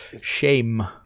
shame